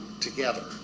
together